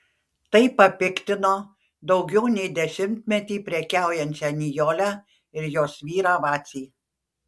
tai papiktino daugiau nei dešimtmetį prekiaujančią nijolę ir jos vyrą vacį